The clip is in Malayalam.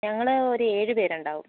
ഞങ്ങൾ ഒരേഴുപേരുണ്ടാവും